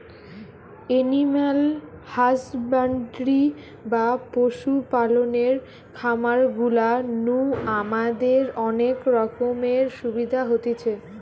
animal husbandry বা পশু পালনের খামার গুলা নু আমাদের অনেক রকমের সুবিধা হতিছে